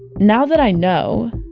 now that i know.